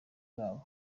babo